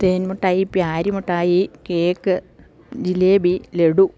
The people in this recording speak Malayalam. തേൻ മിട്ടായി പ്യാരി മിട്ടായി കേക്ക് ജിലേബി ലഡൂ